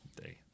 day